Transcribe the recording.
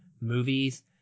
movies